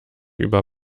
über